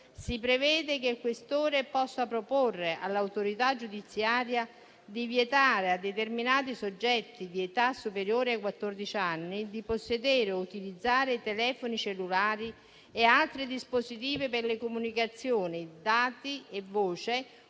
Si prevede che il questore possa proporre all'autorità giudiziaria di vietare a determinati soggetti di età superiore ai quattordici anni di possedere o utilizzare telefoni cellulari e altri dispositivi per le comunicazioni dati e voce,